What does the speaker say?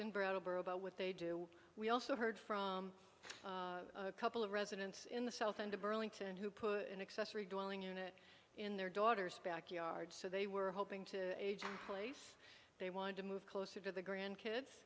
brattleboro about what they do we also heard from a couple of residents in the south end of burlington who put an accessory dwelling unit in their daughter's backyard so they were hoping to age place they wanted to move closer to the grandkids